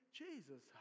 jesus